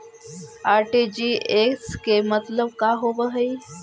RTGS के मतलब का होव हई?